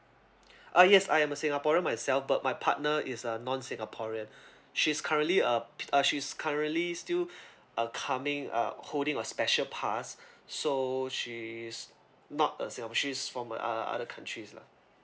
uh yes I am a singaporean myself but my partner is a non singaporean she's currently uh p~ she's currently still are coming uh holding a special pass so she's not a singapo~ she's from uh other countries lah